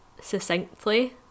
succinctly